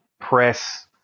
press